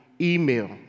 email